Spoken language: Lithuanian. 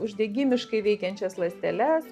uždegimiškai veikiančias ląsteles